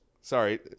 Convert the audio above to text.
sorry